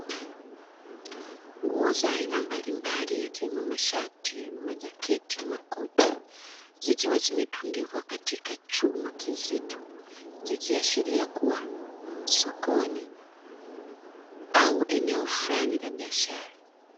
Nguo za aina mbalimbali yakiwemo mashati, majaketi na makoti; zikiwa zimetundikwa katika chuma kizito, zikiashiria kuwa sokoni au eneo fulani la biashara.